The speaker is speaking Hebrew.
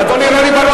אדוני רוני בר-און,